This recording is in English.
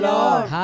Lord